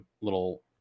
little